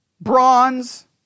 bronze